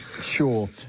Sure